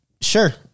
sure